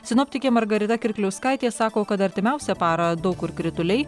sinoptikė margarita kirkliauskaitė sako kad artimiausią parą daug kur krituliai